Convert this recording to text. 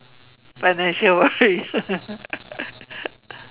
financial worries